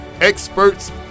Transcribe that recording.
Experts